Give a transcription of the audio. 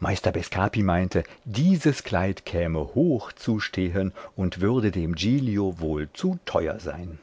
meister bescapi meinte dieses kleid käme hoch zu stehen und würde dem giglio wohl zu teuer sein